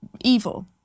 evil